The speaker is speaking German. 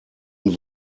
und